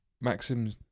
Maxim